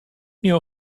mimo